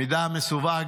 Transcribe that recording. המידע המסווג,